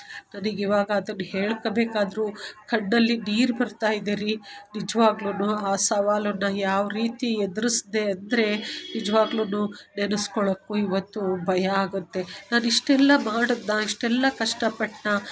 ನನಗೆ ಇವಾಗ ಅದನ್ನು ಹೇಳ್ಕೋ ಬೇಕಾದರು ಕಣ್ಣಲ್ಲಿ ನೀರು ಬರ್ತಾ ಇದೆ ರೀ ನಿಜ್ವಾಗ್ಲೂ ಆ ಸವಾಲನ್ನ ಯಾವ ರೀತಿ ಎದ್ರಿಸ್ದೇ ಅಂದರೆ ನಿಜ್ವಾಗ್ಲೂ ನೆನಸ್ಕೊಳಕ್ಕೂ ಇವತ್ತು ಭಯ ಆಗುತ್ತೆ ನಾನು ಇಷ್ಟೆಲ್ಲಾ ಮಾಡಿದ್ನ ಇಷ್ಟೆಲ್ಲಾ ಕಷ್ಟ ಪಟ್ನ